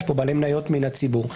יש פה בעלי מניות מן הציבור.